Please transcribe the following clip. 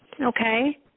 okay